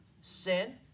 sin